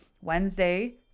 Wednesday